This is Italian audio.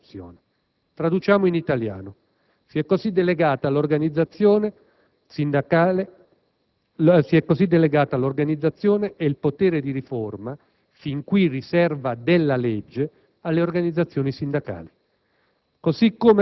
rinnovo dei contratti». Traduciamo in italiano: si è così delegata l'organizzazione e il potere di riforma, fin qui riserva di legge, alle organizzazioni sindacali.